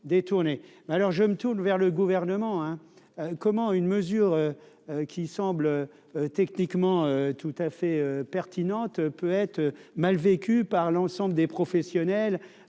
alors je me tourne vers le gouvernement, hein : comment une mesure qui semble techniquement tout à fait pertinente peut être mal vécue par l'ensemble des professionnels